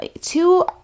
two